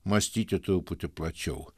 mąstyti truputį plačiau